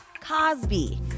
Cosby